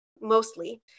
mostly